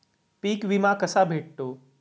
पीक विमा कसा भेटतो?